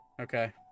Okay